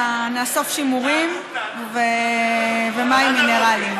נאסוף שימורים ומים מינרליים.